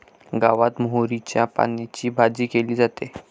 गावात मोहरीच्या पानांची भाजी केली जाते